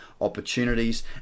opportunities